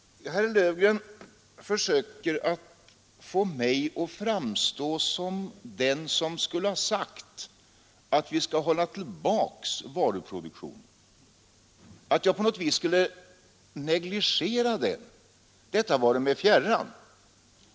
Herr Löfgren försökte få mig att framstå såsom den som skulle ha sagt att vi skall hålla tillbaka varuproduktionen och att jag på något vis skulle negligera den. Detta vare mig fjärran!